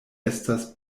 estas